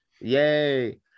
Yay